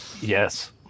yes